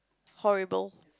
horrible